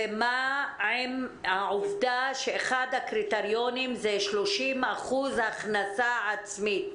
ומה עם העובדה שאחד הקריטריונים זה 30% הכנסה עצמית?